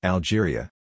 Algeria